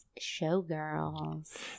Showgirls